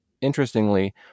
interestingly